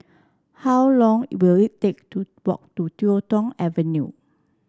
how long will it take to walk to YuK Tong Avenue